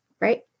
right